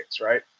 right